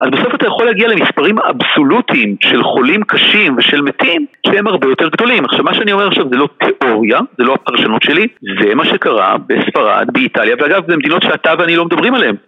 אז בסוף אתה יכול להגיע למספרים אבסולוטיים של חולים קשים ושל מתים שהם הרבה יותר גדולים עכשיו מה שאני אומר עכשיו זה לא תיאוריה, זה לא הפרשנות שלי זה מה שקרה בספרד, באיטליה ואגב זה מדינות שאתה ואני לא מדברים עליהן